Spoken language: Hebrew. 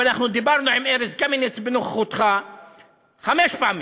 אנחנו דיברנו עם ארז קמיניץ בנוכחותך חמש פעמים.